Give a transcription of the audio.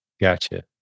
Gotcha